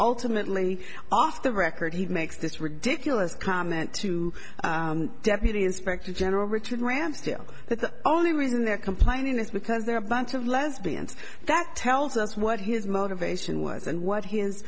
ultimately off the record he makes this ridiculous comment to deputy inspector general richard ramsdale that the only reason they're complaining is because they're a bunch of lesbians that tells us what his motivation was and what his